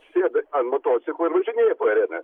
sėdo ant motociklo ir važinėja po areną